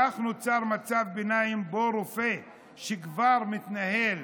כך נוצר מצב ביניים, שבו רופא שכבר מתנהל